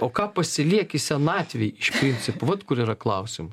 o ką pasilieki senatvei iš principo vat kur yra klausimų